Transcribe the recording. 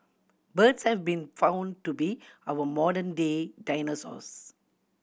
birds have been found to be our modern day dinosaurs